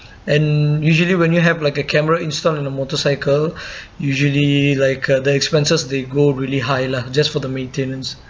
and usually when you have like a camera installed in a motorcycle usually like uh the expenses they go really high lah just for the maintenance